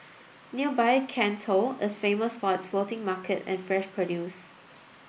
nearby Can Tho is famous for its floating market and fresh produce